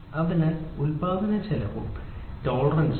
അതിനാൽ ഉൽപ്പാദനച്ചെലവും വേഴ്സസ് ടോളറൻസും